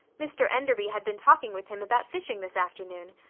mr enderby had been talking with him about fishing this afternoon.